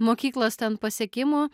mokyklos ten pasiekimų